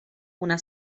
una